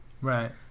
Right